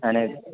અને